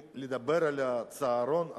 אם לדבר על הצהרון,